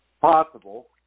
possible